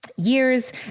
Years